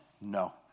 No